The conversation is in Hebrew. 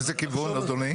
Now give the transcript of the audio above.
איזה כיוון, אדוני?